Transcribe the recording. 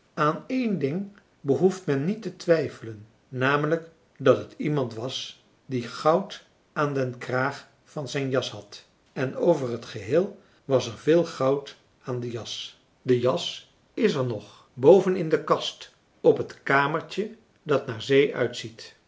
aan één ding behoeft men niet te twijfelen namelijk dat het iemand was die goud aan den kraag van zijn jas had en over het geheel was er veel goud aan de jas de jas is er nog boven in de kast op het kamertje dat naar zee uitziet